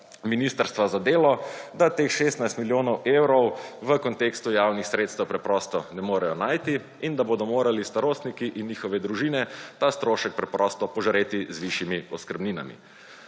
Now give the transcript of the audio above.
Ministrstva za delo, da teh 16 milijonov evrov v kontekstu javnih sredstev preprosto ne morejo najti in da bodo morali starostniki in njihove družine ta strošek preprosto požreti z višjimi oskrbninami.